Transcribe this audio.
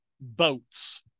boats